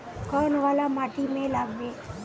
कौन वाला माटी में लागबे?